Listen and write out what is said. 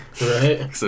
Right